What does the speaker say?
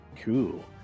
Cool